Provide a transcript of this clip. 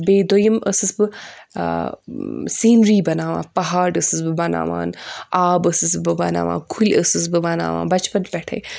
بیٚیہِ دوٚیِم ٲسٕس بہٕ سیٖنری بَناوان پَہاڑ ٲسٕس بہٕ بَناوان آب ٲسٕس بہٕ بَناوان کھُلۍ ٲسٕس بہٕ بَناوان بَچپَن پؠٹھے